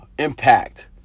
impact